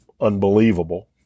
unbelievable